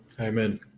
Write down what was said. Amen